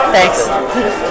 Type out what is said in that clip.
Thanks